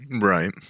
Right